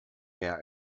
mehr